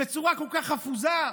בצורה כל כך חפוזה,